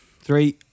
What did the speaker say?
Three